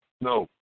No